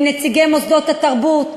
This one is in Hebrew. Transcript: עם נציגי מוסדות התרבות,